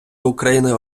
україни